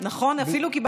יש אפילו כרטיס חינם.